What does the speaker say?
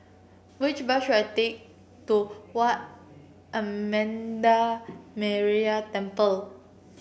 which bus should I take to Wat Amanda Metyarama Temple